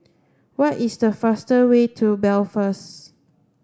what is the fastest way to Belfast